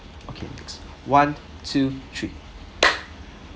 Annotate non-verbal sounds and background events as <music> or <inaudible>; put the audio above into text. okay next one two three <noise>